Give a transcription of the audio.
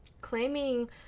claiming